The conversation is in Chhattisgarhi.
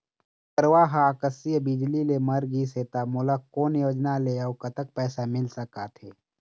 मोर गरवा हा आकसीय बिजली ले मर गिस हे था मोला कोन योजना ले अऊ कतक पैसा मिल सका थे?